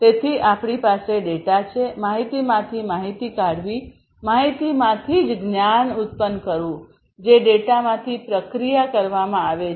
તેથી અમારી પાસે ડેટા છે માહિતીમાંથી માહિતી કાઢવી માહિતીમાંથી જ જ્ઞાન ઉત્પન્ન કરવું જે ડેટામાંથી પ્રક્રિયા કરવામાં આવે છે